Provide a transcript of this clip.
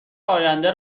آینده